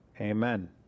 amen